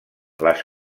les